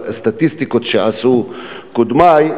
לסטטיסטיקות שעשו קודמי,